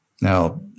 Now